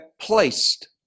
placed